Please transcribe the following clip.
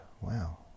wow